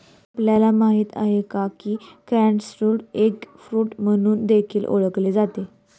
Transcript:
आपल्याला माहित आहे का? की कनिस्टेलला एग फ्रूट म्हणून देखील ओळखले जाते